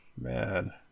man